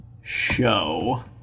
show